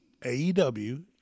AEW